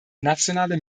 nationale